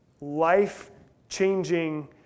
life-changing